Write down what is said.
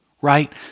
right